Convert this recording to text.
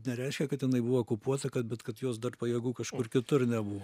nereiškia kad jinai buvo okupuota kad bet kad jos dar pajėgų kažkur kitur nebuvo